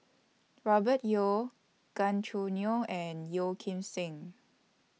Robert Yeo Gan Choo Neo and Yeo Kim Seng